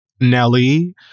Nelly